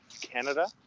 Canada